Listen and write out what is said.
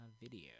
video